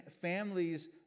families